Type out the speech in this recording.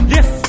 Yes